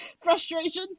frustrations